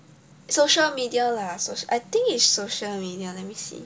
social media lah so~ I think is social media let me see